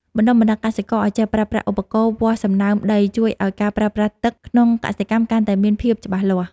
បណ្ដុះបណ្ដាលកសិករឱ្យចេះប្រើប្រាស់ឧបករណ៍វាស់សំណើមដីជួយឱ្យការប្រើប្រាស់ទឹកក្នុងកសិកម្មកាន់តែមានភាពច្បាស់លាស់។